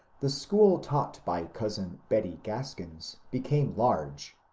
the school taught by cousin betty craskins became large,